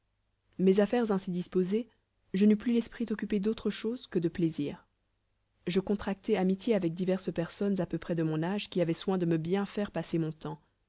mes affaires ainsi disposées je n'eus plus l'esprit occupé d'autres choses que de plaisirs je contractai amitié avec diverses personnes à peu près de mon âge qui avaient soin de me bien faire passer mon temps